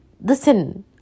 Listen